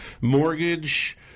mortgage –